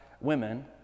women